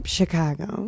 Chicago